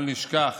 אל נשכח